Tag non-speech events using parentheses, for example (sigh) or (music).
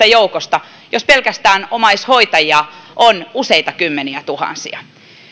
(unintelligible) joukosta jos pelkästään omaishoitajia on useita kymmeniätuhansia